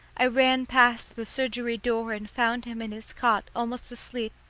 i ran past the surgery door and found him in his cot almost asleep,